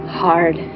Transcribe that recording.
hard